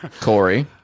Corey